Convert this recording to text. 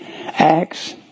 Acts